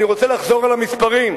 אני רוצה לחזור על המספרים.